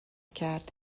کرد